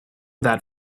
that